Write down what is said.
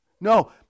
No